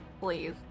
please